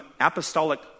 apostolic